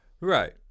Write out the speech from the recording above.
Right